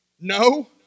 no